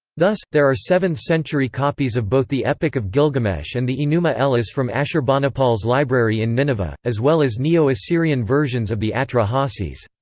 thus, there are seventh century copies of both the epic of gilgamesh and the enuma elis from ashurbanipal's library in nineveh, as well as neo-assyrian versions of the atra-hasis.